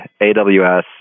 AWS